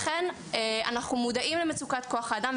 לכן, אנחנו מודעים למצוקת כוח האדם.